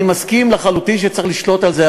אני מסכים לחלוטין שצריך לשלוט בזה,